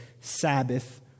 Sabbath